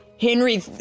Henry